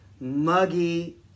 muggy